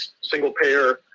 single-payer